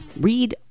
read